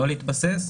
לא להתבסס,